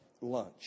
lunch